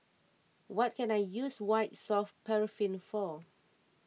what can I use White Soft Paraffin for